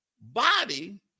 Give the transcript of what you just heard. body